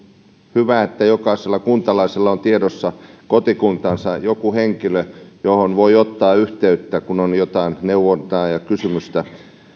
hyvä että jokaisella kuntalaisella on tiedossa joku kotikuntansa henkilö johon voi ottaa yhteyttä kun tarvitsee jotain neuvontaa ja on jotain kysymystä